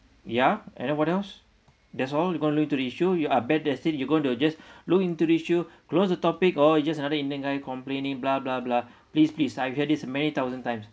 ya and then what else that's all you going to look into the issue you are bad that say you're going to just look into the issue close the topic orh it's just another indian guy complaining blah blah blah please please I hear this many thousand times